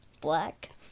black